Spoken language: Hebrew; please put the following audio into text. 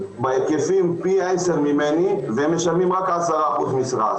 שהם פי 10 גדולים ממני והם משלמים רק 10 אחוזים משרה.